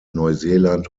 neuseeland